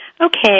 Okay